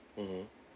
mmhmm